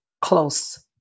close